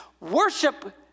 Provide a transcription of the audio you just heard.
worship